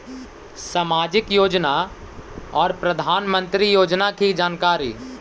समाजिक योजना और प्रधानमंत्री योजना की जानकारी?